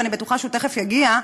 ואני בטוחה שהוא תכף יגיע,